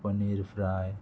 paneer fry